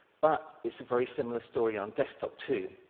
but, it's a very similar story on desktop too.